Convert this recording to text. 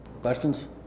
Questions